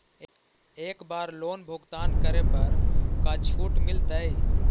एक बार लोन भुगतान करे पर का छुट मिल तइ?